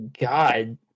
God